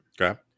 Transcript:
Okay